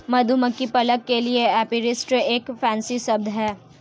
मधुमक्खी पालक के लिए एपीरिस्ट एक फैंसी शब्द है